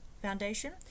Foundation